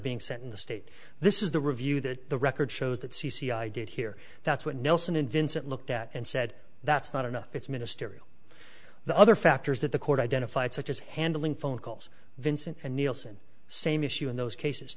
being sent in the state this is the review that the record shows that c c i did hear that's what nelson and vincent looked at and said that's not enough it's ministerial the other factors that the court identified such as handling phone calls vincent and nielsen same issue in those cases